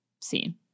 seen